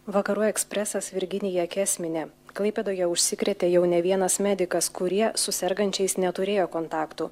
vakarų ekspresas virginija kesminė klaipėdoje užsikrėtė jau ne vienas medikas kurie su sergančiais neturėjo kontaktų